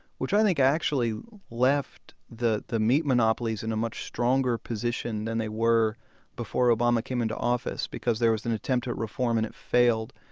which i think actually left the the meat monopolies in a much stronger position than they were before obama came into office. there was an attempt at reform and it failed,